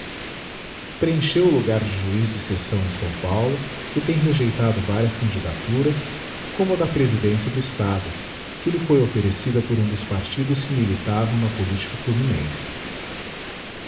preencheu o logar de juiz de secção em s paulo e tem regeitado varias candidaturas como a da presidência do estado que lhe foi offerecida por um dos partidos que militavam na politica fluminense